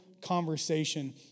conversation